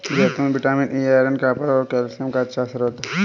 जैतून vitamin E, iron, copper और calcium का अच्छा स्रोत हैं